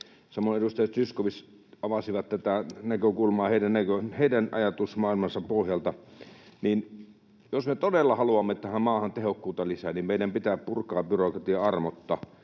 samoin edustaja Zyskowicz avasivat tätä näkökulmaa heidän ajatusmaailmansa pohjalta — ja jos me todella haluamme tähän maahan tehokkuutta lisää, niin meidän pitää purkaa byrokratiaa armotta.